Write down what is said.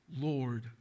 Lord